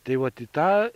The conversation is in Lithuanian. tai vat į tą